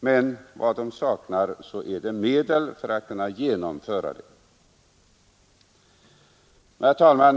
Men vad vägverket saknar är medel för att kunna genomföra en snabbare utbyggnad. Herr talman!